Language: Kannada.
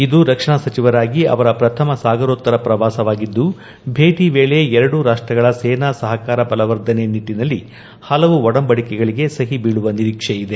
ಇದು ರಕ್ಷಣಾ ಸಚಿವರಾಗಿ ಅವರ ಪ್ರಥಮ ಸಾಗರೋತ್ತರ ಪ್ರವಾಸವಾಗಿದ್ದು ಭೇಟಿ ವೇಳೆ ಎರಡೂ ರಾಷ್ಟ್ರಗಳ ಸೇನಾ ಸಹಕಾರ ಬಲವರ್ಧನೆ ನಿಟ್ಟಿನಲ್ಲಿ ಹಲವು ಒಡಂಬಡಿಕೆಗಳಿಗೆ ಸಹಿ ಬೀಳುನ ನಿರೀಕ್ಷೆ ಇದೆ